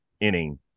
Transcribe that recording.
inning